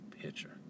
picture